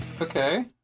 Okay